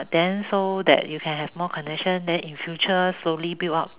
then so that you can have more connection then in future slowly build up